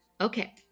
Okay